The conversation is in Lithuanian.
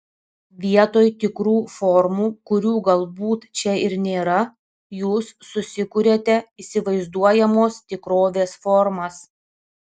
vietoj tikrų formų kurių galbūt čia ir nėra jūs susikuriate įsivaizduojamos tikrovės formas